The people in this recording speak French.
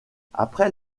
après